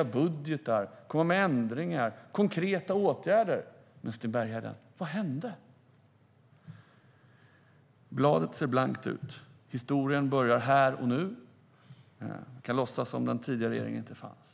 och budgetar och att komma med ändringar och konkreta åtgärder. Men vad hände, Sten Bergheden? Bladet ser blankt ut. Historien börjar här och nu. Vi kan låtsas att den tidigare regeringen inte fanns.